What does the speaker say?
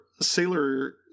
sailor